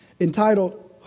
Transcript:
entitled